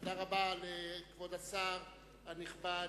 תודה לכבוד השר הנכבד,